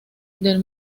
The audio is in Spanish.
del